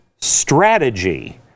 strategy